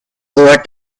over